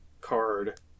card